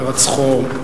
הירצחו.